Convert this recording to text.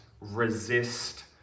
resist